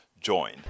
join